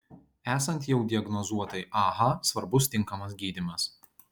esant jau diagnozuotai ah svarbus tinkamas gydymas